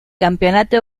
campeonato